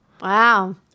Wow